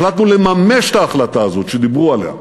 החלטנו לממש את ההחלטה הזאת שדיברו עליה,